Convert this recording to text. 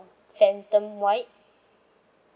phantom white